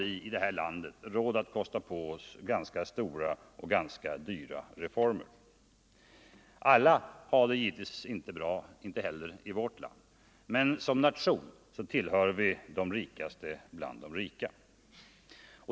u-landshjälhar vi råd att kosta på oss ganska stora och ganska dyra reformer. pen Alla har det inte bra i vårt land heller, men som nation tillhör vi de rikaste bland de rika.